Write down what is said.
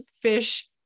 fish